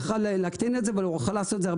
יכל לעשות את זה,